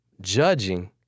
judging